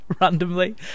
randomly